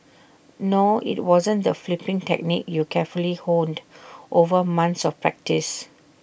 no IT wasn't the flipping technique you carefully honed over months of practice